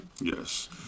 Yes